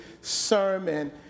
sermon